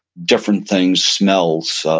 different things. smells.